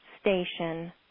station